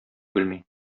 белми